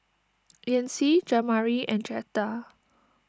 Yancy Jamari and Jetta